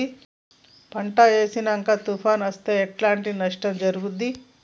పంట వేసినంక తుఫాను అత్తే ఎట్లాంటి నష్టం జరుగుద్ది?